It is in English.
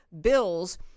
bills